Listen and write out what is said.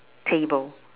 table